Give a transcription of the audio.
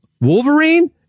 wolverine